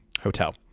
hotel